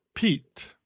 Pete